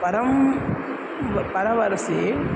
परं परवर्षे